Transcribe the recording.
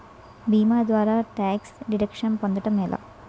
భీమా ద్వారా tax deduction పొందటం ఎలా?